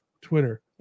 Twitter